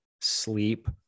sleep